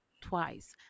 twice